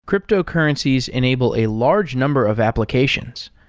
cryptocurrencies enable a large number of applications.